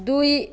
ଦୁଇ